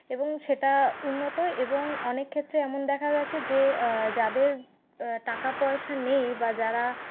এবং সেটা উন্নত এবং অনেক ক্ষেত্রে এমন দেখা গেছে যে যাদের টাকাপয়সা নেই বা যারা